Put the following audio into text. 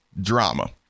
drama